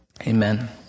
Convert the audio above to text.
amen